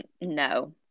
No